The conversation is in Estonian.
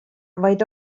vaid